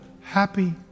happy